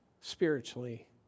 spiritually